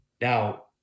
Now